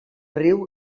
riu